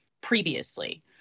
previously –